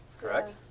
Correct